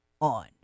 on